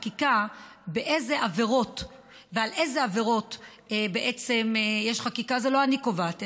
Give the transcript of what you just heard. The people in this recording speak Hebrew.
באיזה עבירות ועל איזה עבירות יש חקיקה לא אני קובעת,